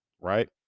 right